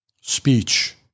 speech